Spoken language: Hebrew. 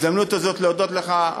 ההזדמנות הזאת להודות לכם,